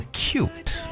cute